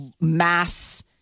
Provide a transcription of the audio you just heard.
mass